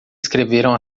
escreveram